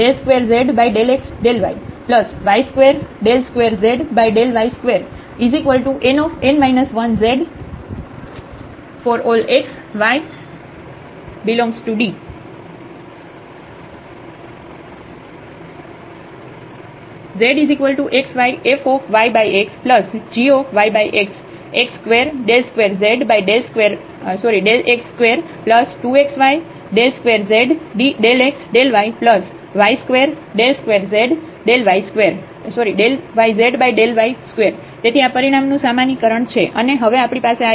x22zx22xy2z∂x∂yy22zy2nz ∀x y∈D zxy fyxgyx x22zx22xy2z∂x∂yy22zy2 તેથી આ પરિણામ નું સામાન્યીકરણ છે અને હવે આપણી પાસે આ એક પ્રશ્ન છે